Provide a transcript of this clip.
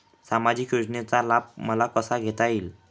सामाजिक योजनेचा लाभ मला कसा घेता येईल?